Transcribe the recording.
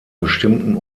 bestimmten